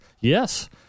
Yes